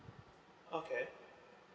okay